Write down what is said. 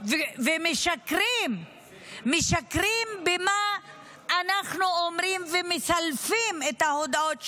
משקרים לגבי מה שאנחנו אומרים ומסלפים את ההודעות שלנו.